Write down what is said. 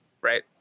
right